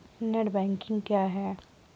Net banking क्या है?